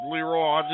Leroy